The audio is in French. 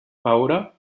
paola